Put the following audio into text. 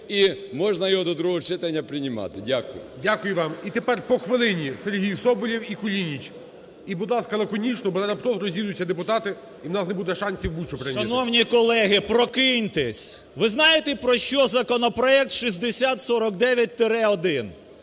І можна його до другого читання приймати. Дякую. ГОЛОВУЮЧИЙ. Дякую вам. І тепер по хвилині: Сергій Соболєв і Кулініч. І будь ласка, лаконічно. Бо розійдуться депутати і у нас не буде шансів будь-що прийняти. 12:02:44 СОБОЛЄВ С.В. Шановні колеги, прокиньтесь! Ви знаєте, про що законопроект 6049-1?!